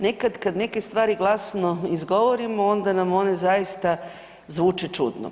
Nekad kad neke stvari glasno izgovorimo onda nam one zaista zvuče čudno.